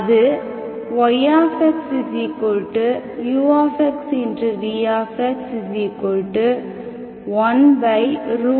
அது yxux